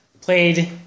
played